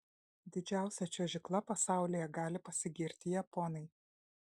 didžiausia čiuožykla pasaulyje gali pasigirti japonai